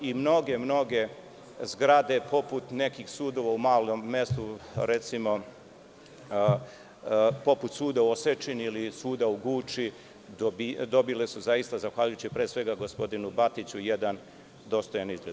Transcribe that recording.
I mnoge, mnoge zgrade poput nekih sudova u malom mestu, recimo suda u Osečini, ili suda u Guči, dobile su zaista, zahvaljujući pre svega gospodinu Batiću, jedan dostojan izgled.